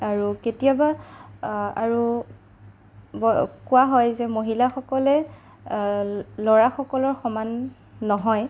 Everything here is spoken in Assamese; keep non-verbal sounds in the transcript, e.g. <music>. আৰু কেতিয়াবা আৰু <unintelligible> কোৱা হয় যে মহিলাসকলে ল'ৰাসকলৰ সমান নহয়